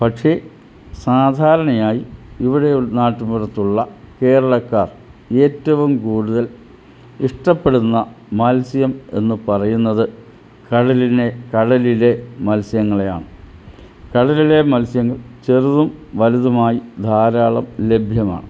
പക്ഷേ സാധാരണയായി ഇവിടെയുള്ള നാട്ടിൻപ്പുറത്തുള്ള കേരളക്കാർ ഏറ്റവും കൂടുതൽ ഇഷ്ടപ്പെടുന്ന മത്സ്യം എന്ന് പറയുന്നത് കടലിനെ കടലിലെ മത്സ്യങ്ങളെയാണ് കടലിലെ മത്സ്യം ചെറുതും വലുതുമായി ധാരാളം ലഭ്യമാണ്